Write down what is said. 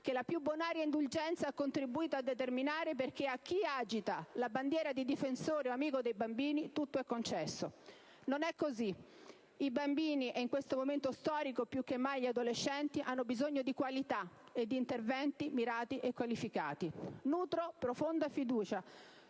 che la più bonaria indulgenza ha contribuito a determinare perché a chi agita la bandiera di difensore o amico dei bambini tutto è concesso. Non è così: i bambini, e in questo momento storico più che mai gli adolescenti, hanno bisogno di qualità e di interventi mirati e qualificati. Nutro profonda fiducia